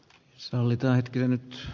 herra puhemies